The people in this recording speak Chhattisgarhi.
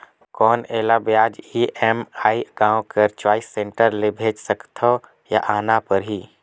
कौन एला ब्याज ई.एम.आई गांव कर चॉइस सेंटर ले भेज सकथव या आना परही?